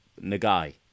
Nagai